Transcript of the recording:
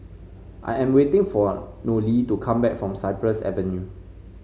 I am waiting for Nolie to come back from Cypress Avenue